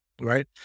right